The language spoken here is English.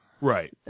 Right